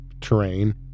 terrain